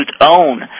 own